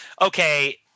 okay